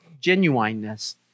genuineness